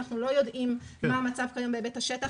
אנחנו לא יודעים מה המצב כיום בהיבט השטח.